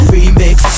Remix